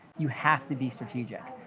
you have to be strategic.